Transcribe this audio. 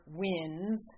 wins